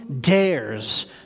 dares